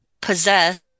possess